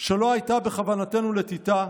שלא הייתה בכוונתנו לתיתה,